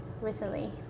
recently